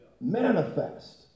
manifest